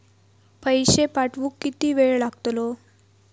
पैशे पाठवुक किती वेळ लागतलो?